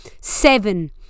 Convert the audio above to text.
seven